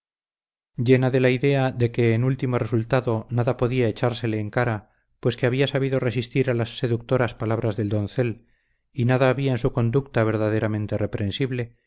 llena de la idea de que en último resultado nada podía echársele en cara pues que había sabido resistir a las seductoras palabras del doncel y nada había en su conducta verdaderamente reprensible